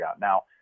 Now